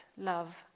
love